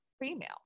female